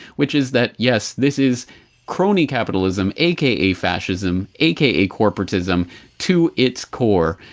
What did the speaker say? which is that, yes this is crony capitalism a k a. fascism a k a. corporatism to its core.